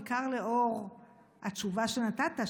בעיקר לאור התשובה שנתת,